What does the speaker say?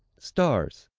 stars,